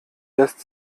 lässt